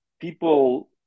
people